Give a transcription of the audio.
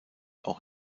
auch